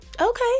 Okay